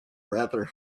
rather